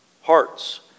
hearts